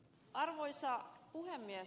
arvoisa puhemies